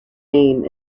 name